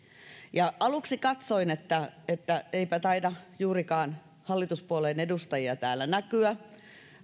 aluksi katsoin että että eipä taida juurikaan hallituspuolueiden edustajia täällä näkyä